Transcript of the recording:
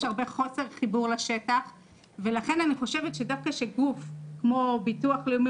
יש הרבה חוסר חיבור לשטח ולכן אני חושבת שדווקא שגוף כמו ביטוח לאומי,